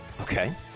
Okay